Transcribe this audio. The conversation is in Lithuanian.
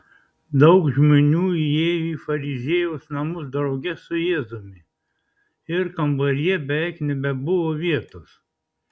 daug žmonių įėjo į fariziejaus namus drauge su jėzumi ir kambaryje beveik nebebuvo vietos